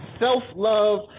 Self-love